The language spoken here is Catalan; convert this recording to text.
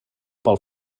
pel